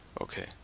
okay